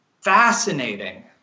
fascinating